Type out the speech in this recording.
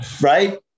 right